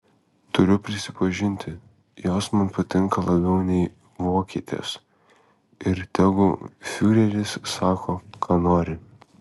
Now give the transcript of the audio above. turiu prisipažinti jos man patinka labiau nei vokietės ir tegu fiureris sako ką nori